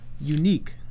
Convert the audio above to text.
unique